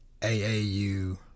AAU